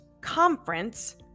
conference